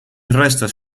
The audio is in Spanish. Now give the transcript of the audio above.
restos